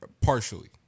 partially